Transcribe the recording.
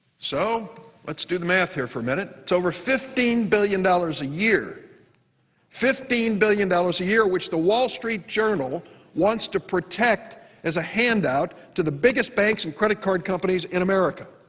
so let's do the math here for a it's over fifteen billion dollars a year fifteen billion dollars a year, which the wall street journal wants to protect as a handout to the biggest banks and credit card companies in america.